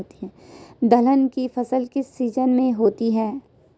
दलहन की फसल किस सीजन में होती है?